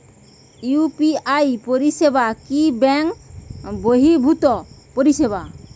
UPI পরিসেবা কি bank বর্হিভুত পরিসেবা?